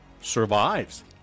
Survives